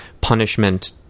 punishment